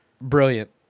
Brilliant